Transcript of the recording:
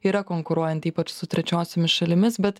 yra konkuruojant ypač su trečiosiomis šalimis bet